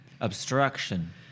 Obstruction